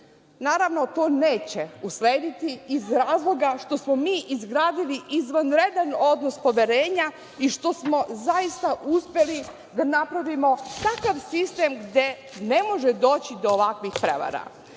Naravno, to neće uslediti iz razloga što smo mi izgradili izvanredan odnos poverenja i što smo zaista uspeli da napravimo takav sistem gde ne može doći do ovakvih prevara.